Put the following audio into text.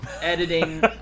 editing